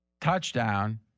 touchdown